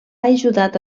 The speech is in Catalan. ajudat